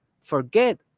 forget